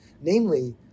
namely